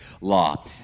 law